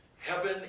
Heaven